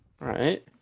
Right